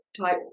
type